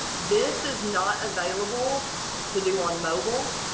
this is not available to do on mobile.